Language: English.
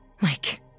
Mike